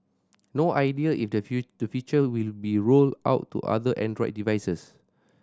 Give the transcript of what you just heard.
no idea the feature will be rolled out to other Android devices